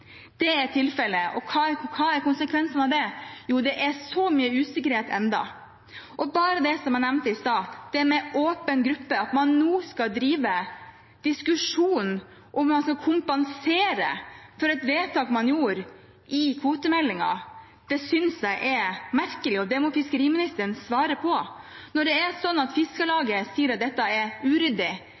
Det er tilfellet. Og hva er konsekvensen av det? Jo, det er mye usikkerhet ennå. Bare det som jeg nevnte i stad, det med åpen gruppe – at man nå skal ha en diskusjon om man skal kompensere for et vedtak man gjorde i kvotemeldingen – synes jeg er merkelig, og det må fiskeriministeren svare på. Fiskarlaget sier at dette er uryddig, Fiskebåt sier at vi må kompenseres, og Fiskarlaget Nord sier at